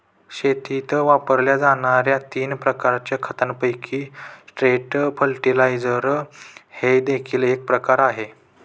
शेतीत वापरल्या जाणार्या तीन प्रकारच्या खतांपैकी स्ट्रेट फर्टिलाइजर हे देखील एक प्रकार आहे